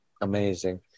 Amazing